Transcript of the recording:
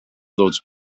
those